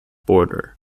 border